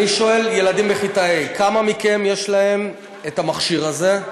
אני שואל ילדים בכיתה ה': לכמה מכם יש המכשיר הזה?